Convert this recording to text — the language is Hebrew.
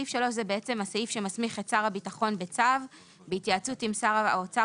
סעיף 3 זה הסעיף שמסמיך את שר הביטחון בצו בהתייעצות עם שר האוצר